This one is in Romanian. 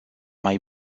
mai